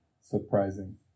surprising